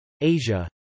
Asia